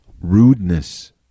Rudeness